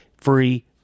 free